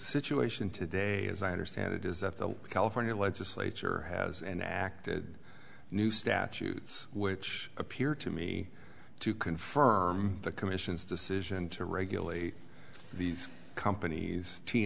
situation today as i understand it is that the california legislature has an acted new statute which appear to me to confirm the commission's decision to regulate these companies t